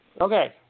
Okay